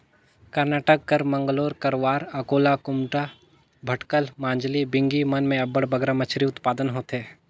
करनाटक कर मंगलोर, करवार, अकोला, कुमटा, भटकल, मजाली, बिंगी मन में अब्बड़ बगरा मछरी उत्पादन होथे